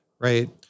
Right